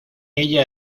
ella